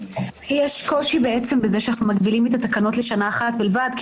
יש קושי בזה שאנחנו מגבילים את התקנות לשנה אחת בלבד כי